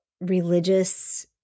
religious